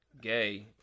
gay